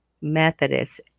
Methodist